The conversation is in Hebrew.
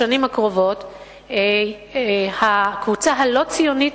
בשנים הקרובות הקבוצה הלא-ציונית